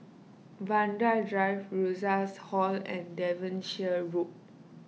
Vanda Drive Rosas Hall and Devonshire Road